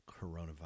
coronavirus